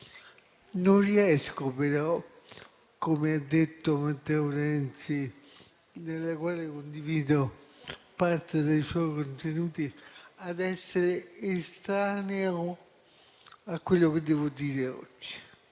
Non riesco però, come ha detto Matteo Renzi, del quale condivido parte dei contenuti espressi, ad essere estraneo a quello che devo dire oggi.